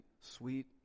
sweet